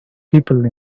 people